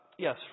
Yes